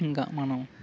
ఇంకా మనం